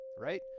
right